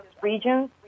regions